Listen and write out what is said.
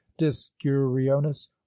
discurionis